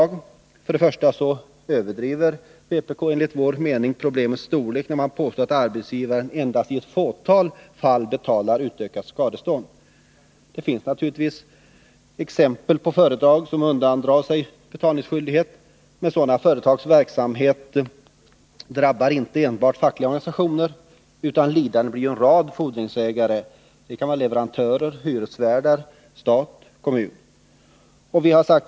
Enligt utskottets mening överdriver motionärerna problemet, när de påstår att arbetsgivare endast i ett fåtal fall betalar av arbetsdomstolen utdömda skadestånd. Det finns naturligtvis exempel på företag som undandrar sig betalningsskyldighet, men i sådana fall drabbas inte enbart fackliga organisationer, utan även en rad andra fordringsägare blir lidande. Det kan vara leverantörer, hyresvärdar, stat och kommun.